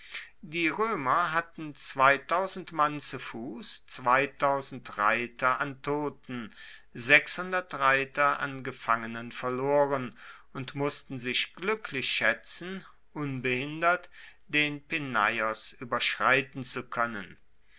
die roemer hatten mann zu fuss reiter an toten reiter an gefangenen verloren und mussten sich gluecklich schaetzen unbehindert den peneios ueberschreiten zu koennen